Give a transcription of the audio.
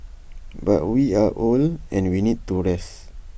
but we are old and we need to rest